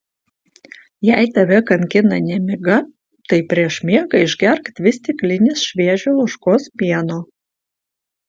jei tave kankina nemiga tai prieš miegą išgerk dvi stiklines šviežio ožkos pieno